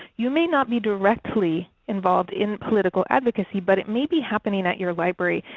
you may not be directly involved in political advocacy, but it may be happening at your library.